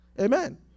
Amen